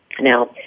Now